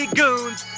goons